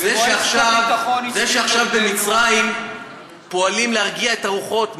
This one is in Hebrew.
זה שעכשיו במצרים פועלים להרגיע את הרוחות,